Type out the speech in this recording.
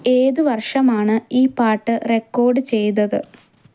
ഏത് വർഷമാണ് ഈ പാട്ട് റെക്കോർഡ് ചെയ്തത്